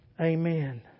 Amen